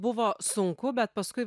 buvo sunku bet paskui